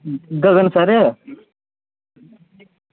Gagan sir